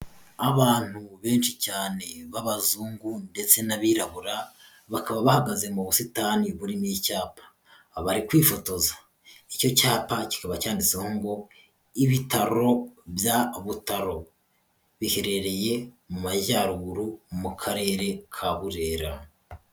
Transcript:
Abantu benshi cyane b'abazungu ndetse n'abirabura bakaba bahagaze mu busitani burimo icyapa bari kwifotoza, icyo cyapa kikaba cyanditseho ngo ibitaro bya Butaro biherereye mu Majyaruguru mu karere ka Burera.